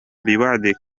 بوعدك